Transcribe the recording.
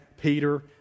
Peter